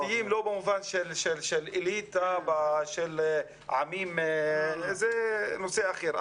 פרטיים לא במובן של אליטה, זה נושא אחר.